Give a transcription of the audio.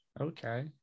okay